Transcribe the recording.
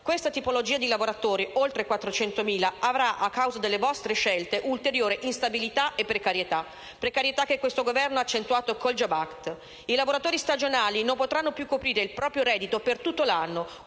Questa tipologia di lavoratori - oltre 400.000 - avrà, a causa delle vostre scelte, ulteriore instabilità e precarietà; precarietà che questo Governo ha accentuato con il *jobs act*. I lavoratori stagionali non potranno più coprire il proprio reddito per tutto l'anno,